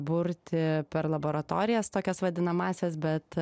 burti per laboratorijas tokias vadinamąsias bet